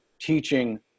teaching